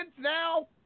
now